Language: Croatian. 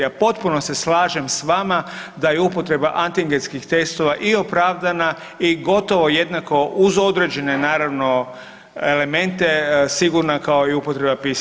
A potpuno se slažem s vama da je upotreba antigenskih testova i opravdana i gotovo jednako uz određene naravno elemente sigurna kao i upotreba PCR testova.